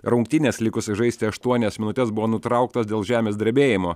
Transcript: rungtynės likus žaisti aštuonias minutes buvo nutrauktos dėl žemės drebėjimo